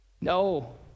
No